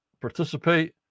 participate